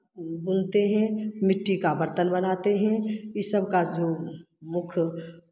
बुनते हैं मिट्टी का बर्तन बनाते हैं ये सब का जो मुख्य